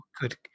good